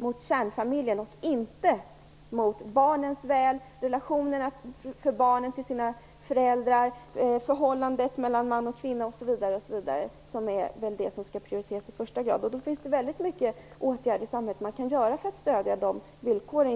och inte mot barnens väl, barnens relationer till sina föräldrar, förhållandet mellan man och kvinna osv., som är det som skall prioriteras i första hand. Det finns väldigt många åtgärder man kan vidta i samhället för att stödja de villkoren.